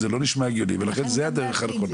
זה לא נשמע הגיוני ולכן זו הדרך הנכונה.